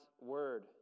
word